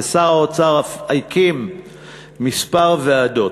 ושר האוצר אף הקים כמה ועדות,